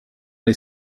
les